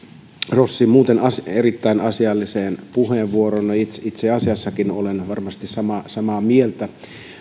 rossin muuten erittäin asialliseen puheenvuoroon itse itse asiastakin olen varmasti samaa samaa mieltä